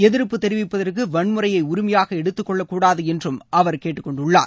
எதிர்ப்பு தெரிவிப்பதற்கு வன்முறையை உரிமையாக எடுத்துக்கொள்ளக் கூடாது என்றும் அவர் கேட்டுக்கொண்டுள்ளார்